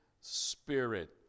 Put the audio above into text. Spirit